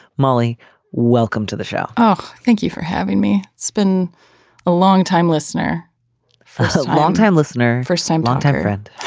molly welcome to the show oh thank you for having me. it's been a longtime listener first so longtime listener first time longtime friend